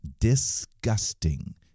disgusting